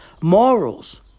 morals